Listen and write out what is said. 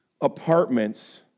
apartments